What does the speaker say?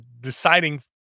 deciding